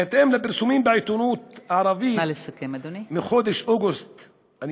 בהתאם לפרסומים בעיתונות הערבית מחודש אוגוסט האחרון,